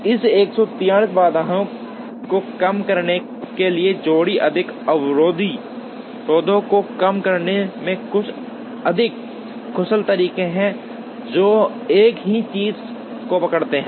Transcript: इस 143 बाधाओं को कम करने के लिए थोड़े अधिक अवरोधों को कम करने के कुछ अधिक कुशल तरीके हैं जो एक ही चीज को पकड़ते हैं